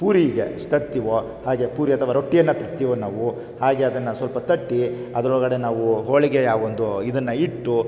ಪೂರಿಗೆ ತಟ್ತೀವೋ ಹಾಗೇ ಪೂರಿ ಅಥವಾ ರೊಟ್ಟಿಯನ್ನು ತಟ್ತೀವೋ ನಾವು ಹಾಗೇ ಅದನ್ನು ಸ್ವಲ್ಪ ತಟ್ಟಿ ಅದರೊಳಗಡೆ ನಾವು ಹೋಳಿಗೆಯ ಒಂದು ಇದನ್ನು ಇಟ್ಟು